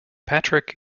patrick